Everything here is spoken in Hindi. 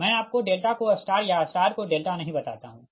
मैं आपको डेल्टा को स्टार या स्टार को डेल्टा नहीं बताता हूँ